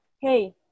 hey